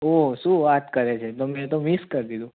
ઓહ શું વાત કરે છે તો મેં તો મિસ કર દીધું